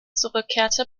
zurückkehrte